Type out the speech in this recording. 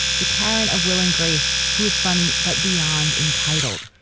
the karen a will and grace who is funny but beyond entitled.